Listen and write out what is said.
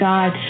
God